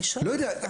אני שואלת אותך.